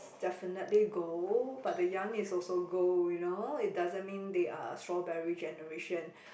definitely gold but the young is also gold you know it doesn't mean they are strawberry generation